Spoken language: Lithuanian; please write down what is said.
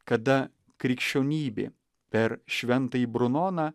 kada krikščionybė per šventąjį brunoną